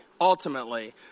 ultimately